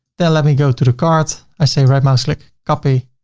then, let me go to the cart, i say, right-mouse-click copy,